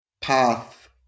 path